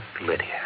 Lydia